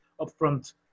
upfront